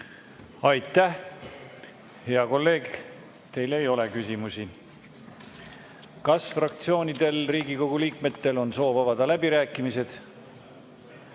Aitäh! Hea kolleeg, teile ei ole küsimusi. Kas fraktsioonidel või Riigikogu liikmetel on soovi avada läbirääkimised?